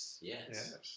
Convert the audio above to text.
Yes